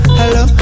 hello